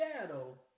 shadow